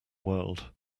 world